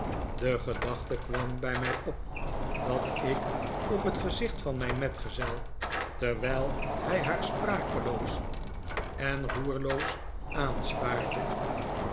de gedachte kwam bij mij op dat ik op het gezicht van mijn metgezel terwijl hij haar sprakeloos en roerloos aanstaarde